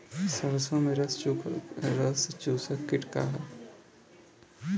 सरसो में रस चुसक किट का ह?